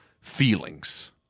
feelings